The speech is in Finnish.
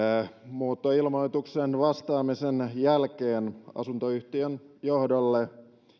muuttoilmoitukseen vastaamisen jälkeen asuntoyhtiön johdolle